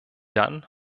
dann